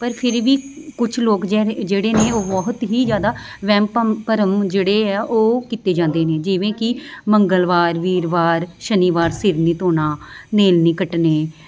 ਪਰ ਫਿਰ ਵੀ ਕੁਛ ਲੋਕ ਜਿਹੜੇ ਜਿਹੜੇ ਨੇ ਉਹ ਬਹੁਤ ਹੀ ਜ਼ਿਆਦਾ ਵਹਿਮ ਭਮ ਭਰਮ ਜਿਹੜੇ ਆ ਉਹ ਕੀਤੇ ਜਾਂਦੇ ਨੇ ਜਿਵੇਂ ਕਿ ਮੰਗਲਵਾਰ ਵੀਰਵਾਰ ਸ਼ਨੀਵਾਰ ਸਿਰ ਨਹੀਂ ਧੋਣਾ ਨੇਲ ਨਹੀਂ ਕੱਟਣੇ